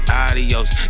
adios